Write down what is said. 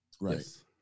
right